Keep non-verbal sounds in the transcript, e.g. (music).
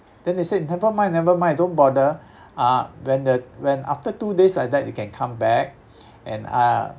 then he said never mind never mind don't bother uh when the when after two days like that you can come back (breath) and uh